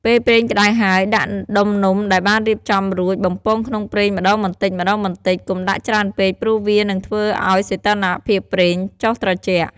ពេលប្រេងក្ដៅហើយ ដាក់ដុំនំដែលបានរៀបចំរួច បំពងក្នុងប្រេងម្ដងបន្តិចៗ កុំដាក់ច្រើនពេកព្រោះវានឹងធ្វើឱ្យសីតុណ្ហភាពប្រេងចុះត្រជាក់។